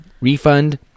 refund